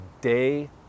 day